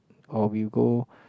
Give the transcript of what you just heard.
or we go